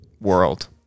world